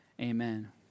amen